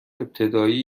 ابتدایی